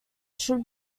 should